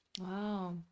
Wow